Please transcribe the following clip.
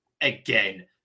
again